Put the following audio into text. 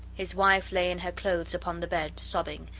his wife lay in her clothes upon the bed, sobbing,